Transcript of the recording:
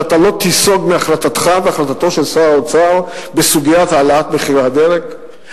שאתה לא תיסוג מהחלטתך והחלטתו של שר האוצר בסוגיה של העלאת מחירי הדלק?